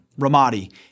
Ramadi